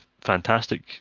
fantastic